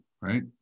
right